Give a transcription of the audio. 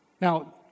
Now